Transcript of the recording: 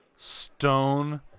stone